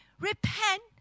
Repent